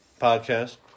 podcast